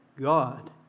God